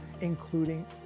including